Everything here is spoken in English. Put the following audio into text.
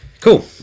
Cool